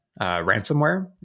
ransomware